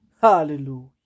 Hallelujah